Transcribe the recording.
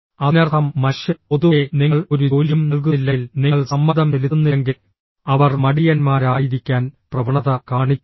അതിനർത്ഥം മനുഷ്യർ പൊതുവേ നിങ്ങൾ ഒരു ജോലിയും നൽകുന്നില്ലെങ്കിൽ നിങ്ങൾ സമ്മർദ്ദം ചെലുത്തുന്നില്ലെങ്കിൽ അവർ മടിയന്മാരായിരിക്കാൻ പ്രവണത കാണിക്കുന്നു